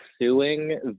suing